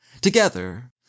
Together